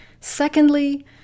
Secondly